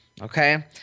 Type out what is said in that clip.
Okay